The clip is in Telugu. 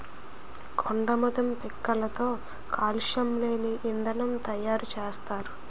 కొండాముదం పిక్కలతో కాలుష్యం లేని ఇంధనం తయారు సేత్తారు